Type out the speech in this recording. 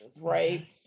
right